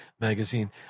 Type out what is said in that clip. magazine